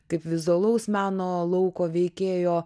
kaip vizualaus meno lauko veikėjo